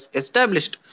established